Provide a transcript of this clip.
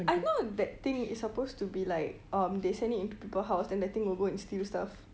I thought that thing is supposed to be like um they send it into people house then the thing will go and steal stuff